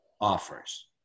offers